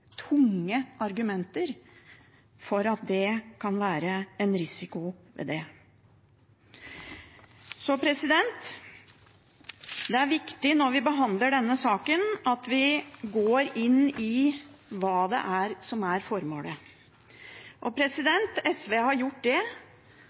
tunge argumenter for at det kan være en risiko ved det. Det er viktig når vi behandler denne saken, at vi går inn i hva som er formålet. SV har gjort det, og